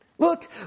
Look